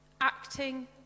acting